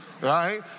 right